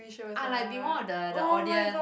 ah like be one of the the audience